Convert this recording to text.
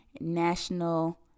national